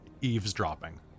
eavesdropping